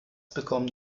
bekommen